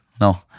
No